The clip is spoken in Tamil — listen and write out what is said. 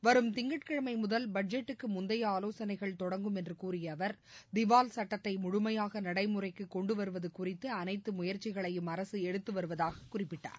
வரும் திங்கட்கிழமை முதல் பட்ஜெட்டுக்கு முந்தைய ஆலோசனைகள் தொடங்கும் என்று கூறிய அவர் திவால் சட்டத்தை முழுமையாக நடைமுறைக்குக் கொண்டு வருவது குறித்து அனைத்து முயற்சிகளையும் அரசு எடுத்து வருவதாகக் குறிப்பிட்டார்